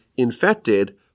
infected